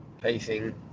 pacing